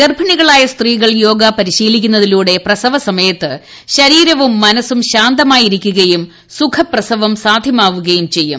ഗർഭിണികളായ സ്ത്രീകൾ യോഗ പരിശീലിക്കുന്നതിലൂടെ പ്രസവ സമയത്ത് ശരീരവും മനസ്സും ശാന്തമായിരിക്കുകയും സുഖപ്രസവം സാധ്യമാവുകയും ചെയ്യും